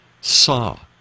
saw